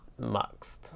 muxed